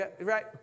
right